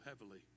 heavily